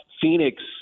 Phoenix